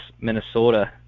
Minnesota